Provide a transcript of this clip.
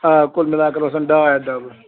آ کُل مِلا کر وَسن ڈاے ہتھ ڈبہٕ